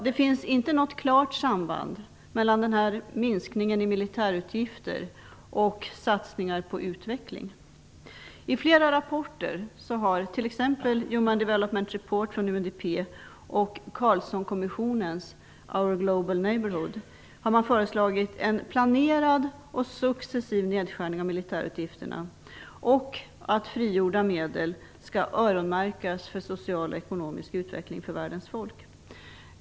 Det finns inte något klart samband mellan minskningen i militärutgifter och satsningar på utveckling. I flera rapporter, t.ex. Human Development Global Neighbourhood, har man föreslagit en planerad och successiv nedskärning av militärutgifterna och att frigjorda medel skall öronmärkas för social och ekonomisk utveckling för världens folk.